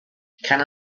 can